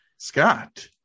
Scott